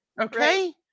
Okay